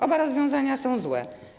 Oba rozwiązania są złe.